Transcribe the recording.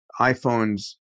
iPhones